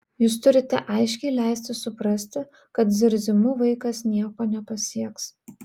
jūs turite aiškiai leisti suprasti kad zirzimu vaikas nieko nepasieks